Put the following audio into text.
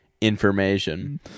information